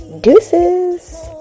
Deuces